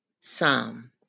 Psalm